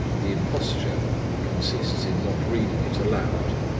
the imposture consists in not reading it aloud.